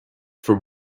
for